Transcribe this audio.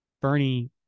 Bernie